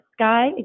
Sky